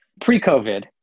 pre-COVID